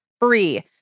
free